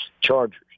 Chargers